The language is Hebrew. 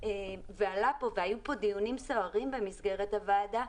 והיו כאן דיונים סוערים במסגרת הוועדה.